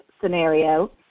scenario